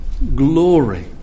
Glory